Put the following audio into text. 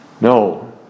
No